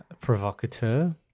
provocateur